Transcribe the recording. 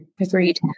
Agreed